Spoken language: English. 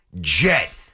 Jet